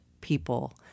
people